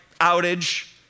outage